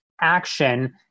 action